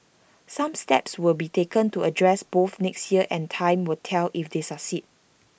some steps will be taken to address both next year and time will tell if they succeed